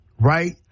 right